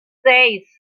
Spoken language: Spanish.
seis